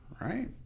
Right